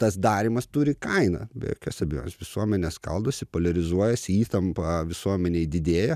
tas darymas turi kainą be jokios abejonės visuomenė skaldosi poliarizuojasi įtampa visuomenėj didėja